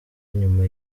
nyuma